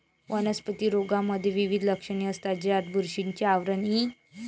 वनस्पती रोगांमध्ये विविध लक्षणे असतात, ज्यात बुरशीचे आवरण इ